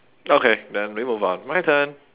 okay then we move on my turn